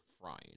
frying